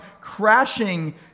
crashing